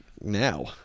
Now